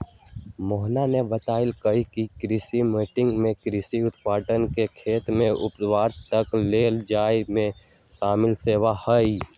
मोहना ने बतल कई की कृषि मार्केटिंग में कृषि उत्पाद के खेत से उपभोक्ता तक ले जाये में शामिल सेवा हई